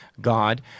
God